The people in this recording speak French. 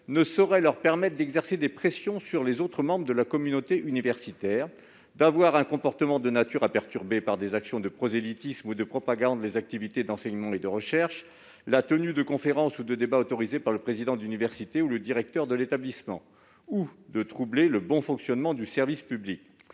ne saurait leur permettre d'exercer des pressions sur les autres membres de la communauté universitaire, d'avoir un comportement de nature à perturber par des actions de prosélytisme ou de propagande les activités d'enseignement et de recherche, la tenue de conférences ou de débats autorisés par le président d'université ou le directeur de l'établissement, ou de troubler le bon fonctionnement du service public